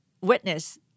witness